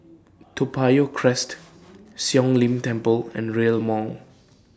Toa Payoh Crest Siong Lim Temple and Rail Mall